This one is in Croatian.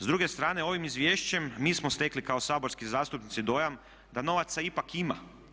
S druge strane, ovim izvješćem mi smo stekli kao saborski zastupnici dojam da novaca ipak ima.